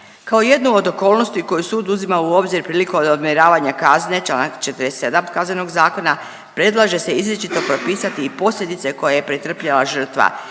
Kao jednu od okolnosti koju sud uzima u obzir prilikom odmjeravanja kazne članak 47. Kaznenog zakona predlaže se izričito propisati i posljedice koje je pretrpjela žrtva